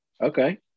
Okay